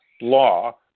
law